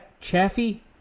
Chaffee